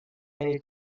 eine